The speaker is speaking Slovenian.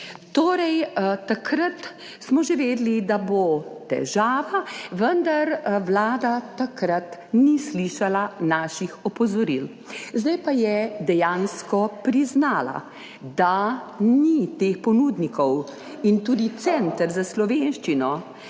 Torej, že takrat smo vedeli, da bo težava, vendar Vlada takrat ni slišala naših opozoril, zdaj pa je dejansko priznala, da ni teh ponudnikov. Tudi Center za slovenščino,